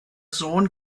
sohn